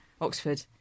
Oxford